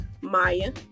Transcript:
Maya